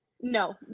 no